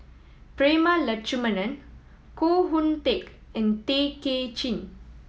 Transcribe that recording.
Prema Letchumanan Koh Hoon Teck and Tay Kay Chin